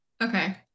Okay